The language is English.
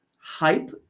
hype